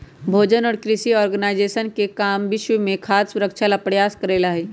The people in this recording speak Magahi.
भोजन और कृषि ऑर्गेनाइजेशन के काम विश्व में खाद्य सुरक्षा ला प्रयास करे ला हई